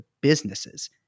businesses